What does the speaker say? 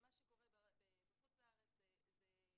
מה שקורה בחוץ לארץ זו